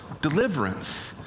deliverance